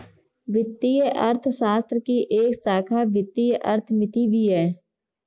वित्तीय अर्थशास्त्र की एक शाखा वित्तीय अर्थमिति भी है